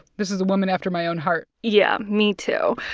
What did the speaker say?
this is a woman after my own heart yeah. me, too.